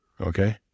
okay